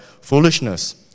foolishness